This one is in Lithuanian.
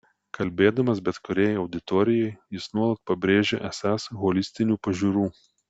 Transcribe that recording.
kalbėdamas bet kuriai auditorijai jis nuolat pabrėžia esąs holistinių pažiūrų